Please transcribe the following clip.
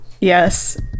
Yes